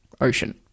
Ocean